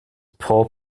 poor